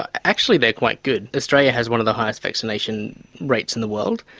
ah actually, they're quite good. australia has one of the highest vaccination rates in the world.